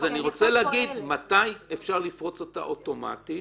אז אני רוצה להבין מתי אפשר לפרוץ אותה אוטומטית